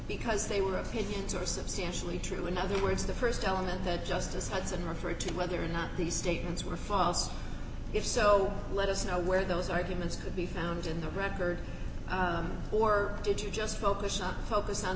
because they were opinions are substantially true in other words the st element the justice hudson referred to whether or not these statements were false if so let us know where those arguments could be found in the record or did you just focus on focus on